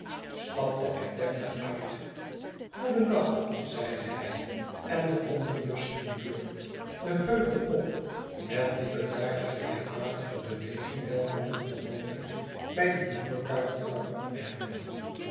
stapte er deftig uit goeden dag zeide hij en de omnibus ging door den heuvel op met die bedaarde gelijkmatige beweging welke men gewoonlijk bij die voertuigen kan opmerken